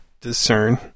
discern